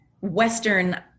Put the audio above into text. Western